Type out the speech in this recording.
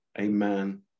amen